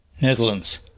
Netherlands